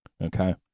Okay